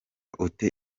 ute